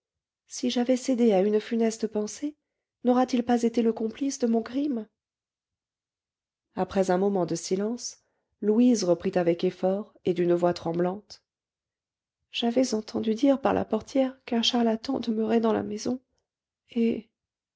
si j'avais cédé à une funeste pensée n'aurait-il pas été le complice de mon crime après un moment de silence louise reprit avec effort et d'une voix tremblante j'avais entendu dire par la portière qu'un charlatan demeurait dans la maison et